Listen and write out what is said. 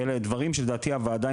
אלה דברים שלדעתי הוועדה,